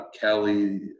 kelly